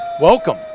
Welcome